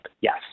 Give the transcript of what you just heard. Yes